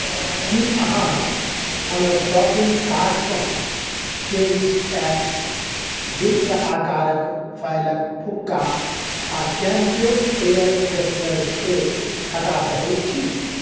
की अहाँ हमर शॉपिंग कार्टसँ चेरिश एक्स दिलके आकारक फॉयलक फुक्का आ कैम्प्योर एयर फ्रेशनर स्प्रे हटा सकैत छी